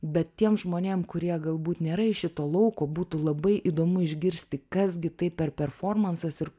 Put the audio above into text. bet tiem žmonėm kurie galbūt nėra iš šito lauko būtų labai įdomu išgirsti kas gi tai per performansas ir